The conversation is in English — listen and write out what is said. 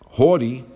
haughty